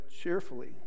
cheerfully